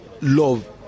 love